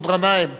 מסעוד גנאים.